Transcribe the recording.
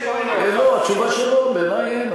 התשובה שלא, בעיני אין.